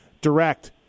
direct